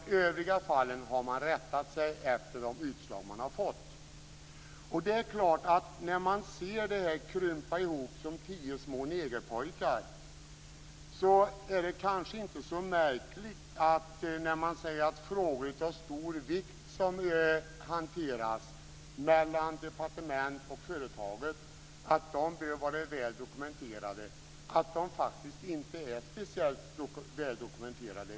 I övriga fall har man rättat sig efter de utslag man fått. När man ser det hela krympa ihop som tio små negerpojkar är det kanske inte så märkligt att man säger att frågor av stor vikt, som hanteras mellan departement och företag och som bör vara väl dokumenterade, faktiskt inte är speciellt väl dokumenterade.